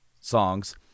songs